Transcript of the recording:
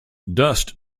dust